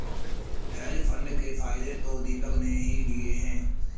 hedge fund के फायदे तो दीपक ने ही लिए है